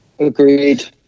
Agreed